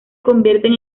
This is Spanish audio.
convierten